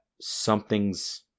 something's